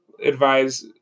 advise